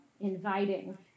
inviting